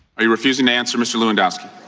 are you refusing to answer, mr. lewandowski?